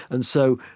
and so,